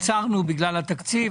עצרנו בגלל התקציב,